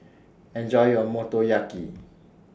Enjoy your Motoyaki